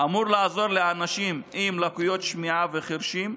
אמור לעזור לאנשים עם לקויות שמיעה וחירשים,